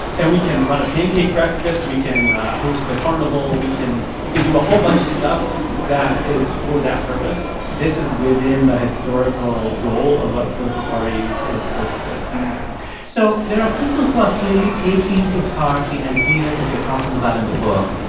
and we can run a pancake breakfast. we can host a carnival. we can we can do a whole bunch of stuff that is for that purpose. this is within the historical role of what a political party is supposed to do so there are people who are clearly taking to heart the ideas that you're talking about in the book.